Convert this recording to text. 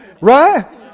Right